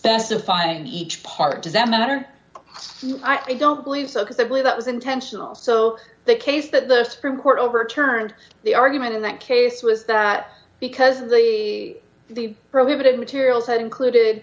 specifying each part does that matter i don't believe so because i believe that was intentional so the case that the supreme court overturned the argument in that case was that because the the prohibited materials had included